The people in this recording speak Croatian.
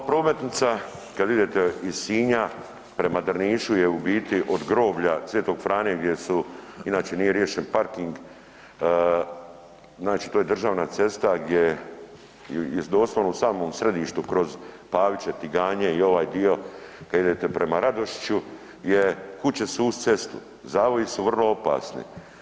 Ova prometnica kad idete iz Sinja prema Drnišu je u biti od groblja Svetog Frane gdje su, inače nije riješen parking, znači to je državna cesta gdje doslovno u samom središtu kroz Paviće, Tiganje i ovaj dio kad idete prema Radošiću gdje kuće su uz cestu, zavoji su vrlo opasni.